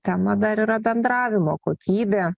tema dar yra bendravimo kokybė